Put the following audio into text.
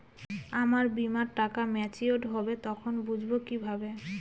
আমার বীমার টাকা যখন মেচিওড হবে তখন বুঝবো কিভাবে?